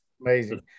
amazing